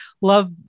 love